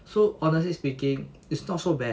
so honestly speaking it's not so bad